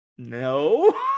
No